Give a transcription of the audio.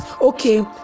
okay